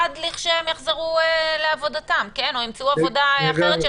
עד שהם יחזרו לעבודתם או ימצאו עבודה אחרת,